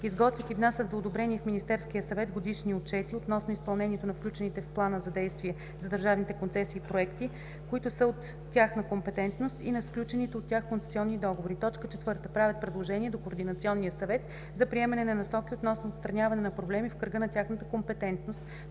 изготвят и внасят за одобрение в Министерския съвет годишни отчети относно изпълнението на включените в плана за действие за държавните концесии проекти, които са от тяхна компетентност, и на сключените от тях концесионни договори; 4. правят предложения до Координационния съвет за приемане на насоки относно отстраняване на проблеми в кръга на тяхната компетентност,